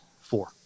four